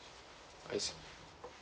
I see